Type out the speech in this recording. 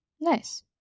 Nice